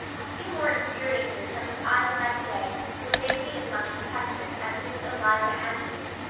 a few more experiences such as i have had today would make me as much of a pessimist as miss eliza andrews,